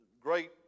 great